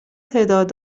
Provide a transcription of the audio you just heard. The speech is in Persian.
تعداد